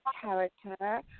character